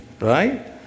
right